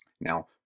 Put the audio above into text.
Now